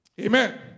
Amen